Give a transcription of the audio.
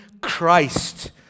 Christ